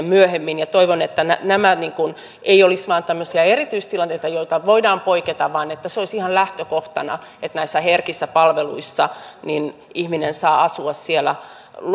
myöhemmin toivon että nämä eivät olisi vain tämmöisiä erityistilanteita joissa voidaan poiketa vaan että se olisi ihan lähtökohtana että näissä herkissä palveluissa ihminen saa asua siellä